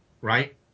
right